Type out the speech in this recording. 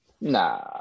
Nah